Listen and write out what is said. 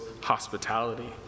hospitality